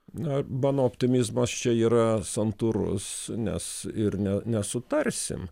na mano optimizmas čia yra santūrus nes ir ne nesutarsim